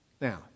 Now